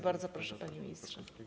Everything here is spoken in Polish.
Bardzo proszę, panie ministrze.